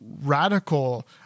radical